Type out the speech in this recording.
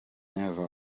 never